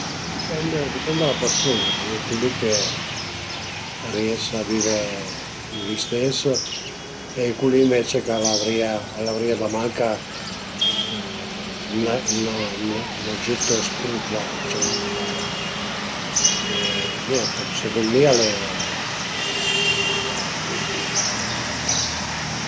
Ma a dipend a dipend da la persun-a, a ie cul li che a ries a vive l'istes e cul li ënvece ch'al avrìa al avrìa da manca dë ün agiüt spirital, ciamumlu parei, e niente secund mi al e al e ütil, al e impurtanta